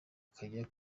ukajya